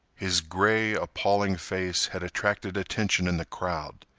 his gray, appalling face had attracted attention in the crowd,